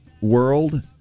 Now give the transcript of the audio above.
world